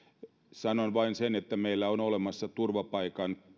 sanon vain sen että meillä on olemassa turvapaikan